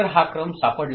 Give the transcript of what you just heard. तर हा क्रम सापडला